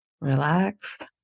relaxed